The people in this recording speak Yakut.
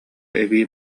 эбии